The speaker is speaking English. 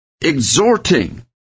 Exhorting